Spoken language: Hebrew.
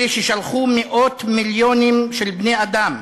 אלה ששלחו מאות מיליונים של בני-אדם,